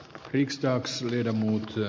ärade herr talman